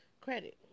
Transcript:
credit